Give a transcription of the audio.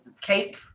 Cape